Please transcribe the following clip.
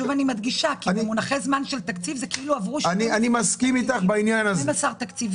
ככל שמדובר בתקציב שוטף, שזה התקציב